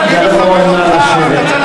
אני הבטחתי לראש הממשלה, נא לשבת.